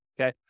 Okay